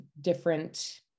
different